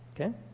Okay